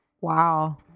Wow